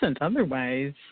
otherwise